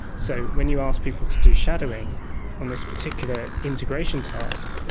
so when you ask people to do shadowing on this particular integration task,